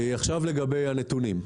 לגבי הנתונים.